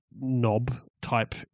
knob-type